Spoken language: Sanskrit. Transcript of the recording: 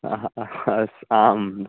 अह अस् आम्